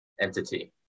entity